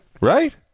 Right